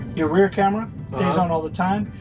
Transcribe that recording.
your rear camera stays on all the time.